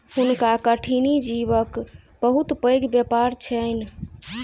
हुनका कठिनी जीवक बहुत पैघ व्यापार छैन